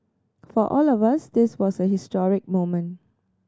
for all of us this was a historic moment